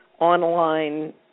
online